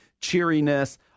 cheeriness